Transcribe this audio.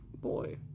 Boy